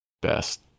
best